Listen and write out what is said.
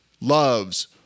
loves